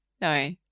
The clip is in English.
no